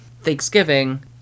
Thanksgiving